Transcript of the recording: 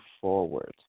forward